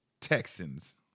Texans